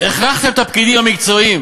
הכרחתם את הפקידים המקצועיים